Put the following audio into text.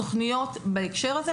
תכניות בהקשר הזה.